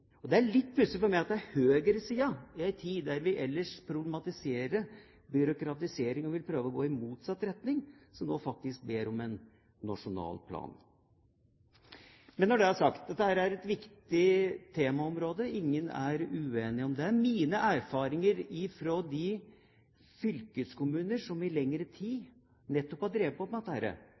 Det er litt pussig for meg at det i en tid der vi ellers problematiserer byråkratisering og vil prøve å gå i motsatt retning, er høyresiden som nå faktisk ber om en nasjonal plan. Men når det er sagt: Dette er et viktig temaområde, ingen er uenig i det. Det er veldig bra på alle mulige måter at vi nå har en regjering som har tatt offensivt tak i